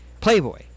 Playboy